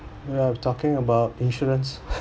we're talking about insurance